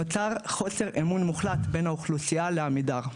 נוצר חוסר אמון מוחלט בין האוכלוסייה לעמידר.